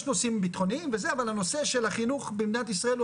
יש נושאים ביטחוניים אבל הנושא של החינוך במדינת ישראל הוא